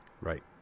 Right